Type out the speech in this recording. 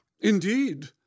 Indeed